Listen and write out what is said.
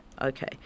okay